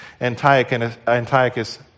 Antiochus